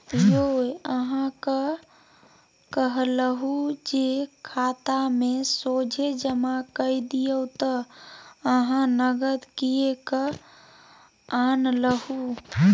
यौ अहाँक कहलहु जे खातामे सोझे जमा कए दियौ त अहाँ नगद किएक आनलहुँ